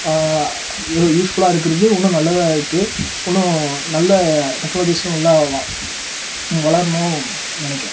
யூஸ்ஃபுல்லாக இருக்கிறது இன்னும் நல்லதாக இருக்கு இன்னும் நல்ல டெக்னாலஜிஸும் நல்லா வ வளரணும் நினைக்கிறேன்